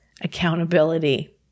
accountability